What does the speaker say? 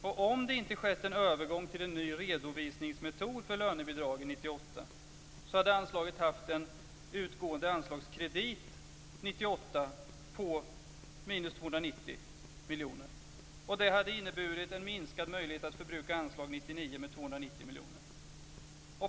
Om det inte hade skett en övergång till en ny redovisningsmetod för lönebidragen 1998 hade det varit en utgående anslagskredit 1998 på minus 290 miljoner, och det hade inneburit en minskad möjlighet att förbruka anslag 1999 med 290 miljoner.